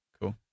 Cool